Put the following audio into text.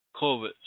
COVID